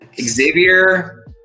Xavier